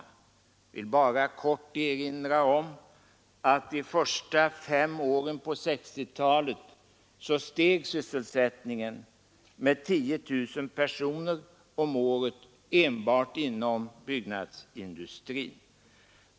Jag vill bara i korthet erinra om att sysselsättningen under de första fem åren på 1960-talet steg med 10 000 personer om året enbart inom byggnadsindustrin.